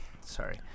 Sorry